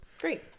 Great